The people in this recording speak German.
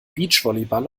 beachvolleyball